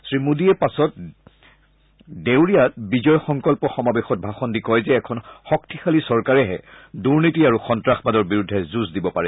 শ্ৰী মোডীয়ে পাছত দেওৰীয়াত বিজয় সংকল্প সমাৱেশত ভাষণ দি কয় যে এখন শক্তিশালী চৰকাৰেহে দুনীতি আৰু সন্নাসবাদৰ বিৰুদ্ধে যুঁজ দিব পাৰে